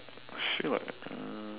actually what uh